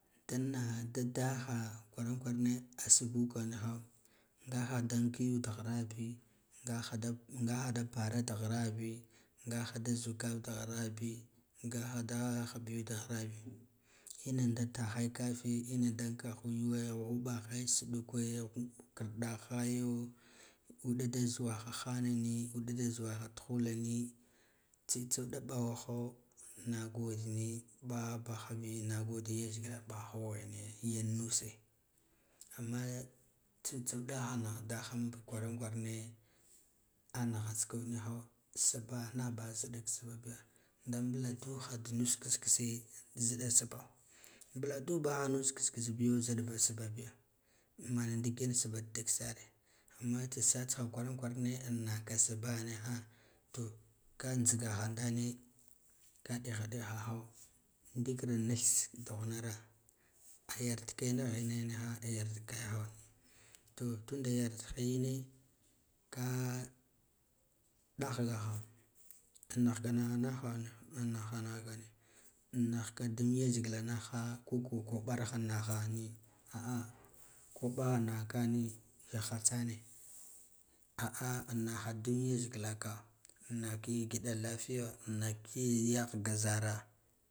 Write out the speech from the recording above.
Da nahaa da daha kwaran kwarane sbuu ka niha ngaha da anka yu dahara biyi, ngada da para daharabiyi, ngaha da zukat da haraa bii ngahada haɓ yuw da hrabi nada taha kafe inada ankahu yuwe huba he suɗuke, karɗahaye uɗa dazuwa ha hana nii, uɗa da zuwaha tuhulani chuda baha ho na gode niya, bahobahud biya nagode niyi lethgla boniya yan nuse. Amma chu-chuda nah dah ha kwaran kwarane anaha tska niya saba nah baha zdda ka sbba biya da mbla duha nusa kakse zɗɗa sbbaa mbladuha nus ksspssbiya zaɗ biya mana ndiken daksare amma tsa satsha naka sbaa niha, to ka nthgaha ndane ka deha deha ha ndikira nash duhna ayardke nahine yardkela, to tunde yar da keyine ka ɗahgaha, nakhanaha nahha nahha nahaka, nahkada tethgla nahha ko koa koɓara nahkaha niha a'a koɓaha naka niya ha tshane cia naka dun lethgla naka giɗa lafiya naka kiyi yahga zaraa.